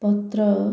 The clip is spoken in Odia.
ପତ୍ର